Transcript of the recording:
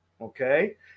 Okay